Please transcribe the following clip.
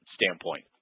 standpoint